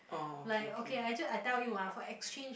like okay I just I tell you ah for exchange